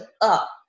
up